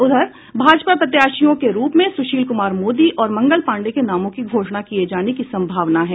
उधर भाजपा प्रत्याशियों के रूप में सुशील कुमार मोदी और मंगल पाण्डेय के नामों की घोषणा किये जाने की संभावना है